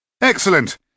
Excellent